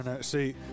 See